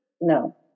No